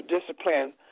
discipline